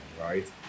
right